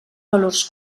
valors